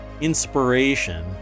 inspiration